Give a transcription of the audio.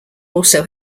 also